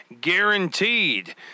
guaranteed